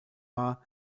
war